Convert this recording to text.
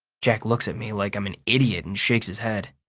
jack looks at me like i'm an idiot and shakes his head.